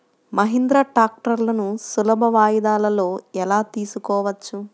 మహీంద్రా ట్రాక్టర్లను సులభ వాయిదాలలో ఎలా తీసుకోవచ్చు?